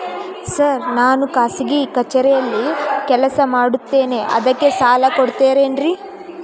Sir ನಾನು ಖಾಸಗಿ ಕಚೇರಿಯಲ್ಲಿ ಕೆಲಸ ಮಾಡುತ್ತೇನೆ ಅದಕ್ಕೆ ಸಾಲ ಕೊಡ್ತೇರೇನ್ರಿ?